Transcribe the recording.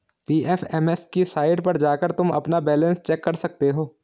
PFMS की site पर जाकर तुम अपना बैलन्स चेक कर सकते हो